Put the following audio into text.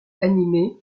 animés